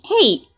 Hey